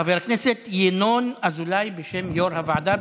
חבר הכנסת ינון אזולאי בשם יו"ר הוועדה,